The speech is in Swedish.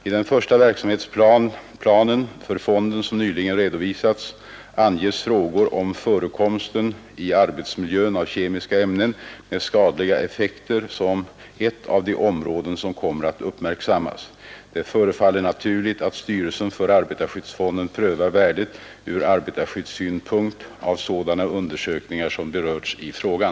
I den första verksamhetsplanen för fonden, som nyligen redovisats, anges frågor om förekomsten i arbetsmiljön av kemiska ämnen med skadliga effekter som ett av de områden som kommer att uppmärksammas. Det förefaller naturligt att styrelsen för arbetarskyddsfonden prövar värdet ur arbetarskyddssynpunkt av sådana undersökningar som berörts i frågan.